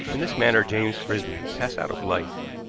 in this manner james frisby passed out of life.